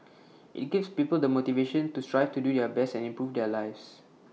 IT gives people the motivation to strive to do their best and improve their lives